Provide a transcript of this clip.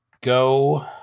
go